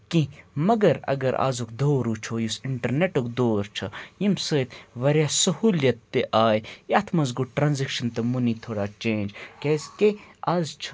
کیٚنہہ مگر اگر آزُک دور وٕچھو یُس اِنٹَرنٮ۪ٹُک دور چھُ ییٚمہِ سۭتۍ واریاہ سہوٗلیت تہِ آے یَتھ منٛز گوٚو ٹرانزیکشَن تہٕ مٔنی تھوڑا چینٛج کیٛازِکہِ آز چھِ